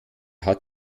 hat